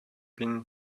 been